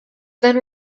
then